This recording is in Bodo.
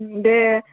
दे